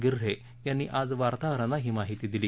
गिर्हे यांनी वार्ताहरांना ही माहिती दिली